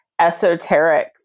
esoteric